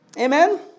Amen